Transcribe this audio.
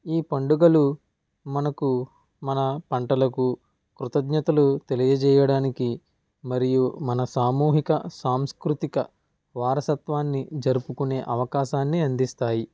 ఈ పండుగలు మనకు మన పంటలకు కృతజ్ఞతలు తెలియచేయడానికి మరియు మన సామూహిక సాంస్కృతిక వారసత్వాన్ని జరుపుకునే అవకాశాన్ని అందిస్తాయి